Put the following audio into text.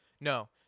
no